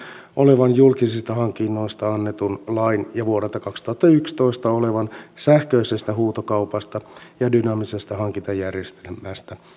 olevan julkisista hankinnoista annetun lain ja vuodelta kaksituhattayksitoista olevan sähköisestä huutokaupasta ja dynaamisesta hankintajärjestelmästä